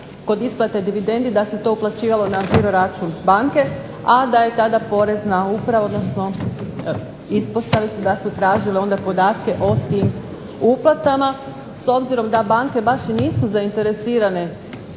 kod isplate dividendi da se to isplaćivalo na žiro-račun banke, a da je tada porezna uprava, odnosno ispostave da su tražile onda podatke o tim uplatama. S obzirom da banke baš i nisu zainteresirane